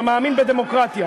אתה מאמין בדמוקרטיה.